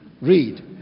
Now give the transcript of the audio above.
Read